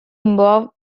involve